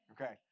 Okay